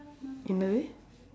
என்னது:ennathu